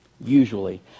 usually